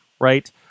right